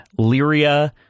Lyria